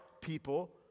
people